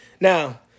Now